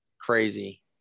crazy